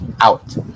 out